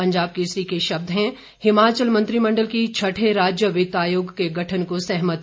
पंजाब केसरी के शब्द हैं हिमाचल मंत्रिमंडल की छठे राज्य वित्तायोग के गठन को सहमति